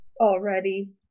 already